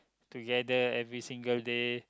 together every single day